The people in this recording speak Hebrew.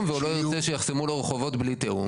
והוא לא ירצה שיחסמו לו רחובות בלי תיאום.